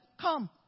come